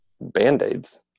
Band-Aids